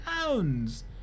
pounds